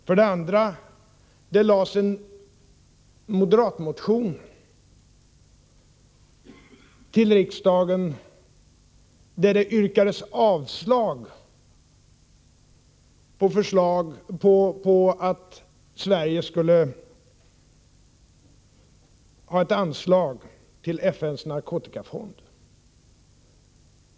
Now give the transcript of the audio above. För det andra väcktes en moderatmotion i riksdagen, där det yrkades avslag på att Sverige skulle anslå pengar till FN:s narkotikafond.